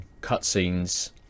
cutscenes